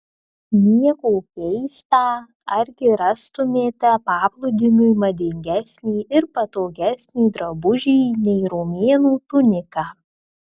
nieko keista argi rastumėte paplūdimiui madingesnį ir patogesnį drabužį nei romėnų tunika